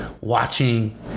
watching